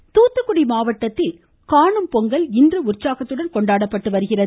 காணும் பொங்கல் தூத்துக்குடி மாவட்டத்தில் காணும் பொங்கல் இன்று உற்சாகத்துடன் கொண்டாடப்பட்டு வருகிறது